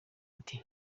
ati